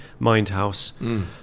Mindhouse